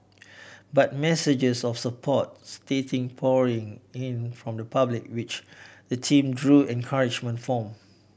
but messages of support started pouring in from the public which the team drew encouragement from